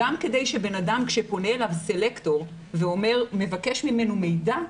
גם כדי שאדם כאשר פונה אליו סלקטור ומבקש ממנו מידע,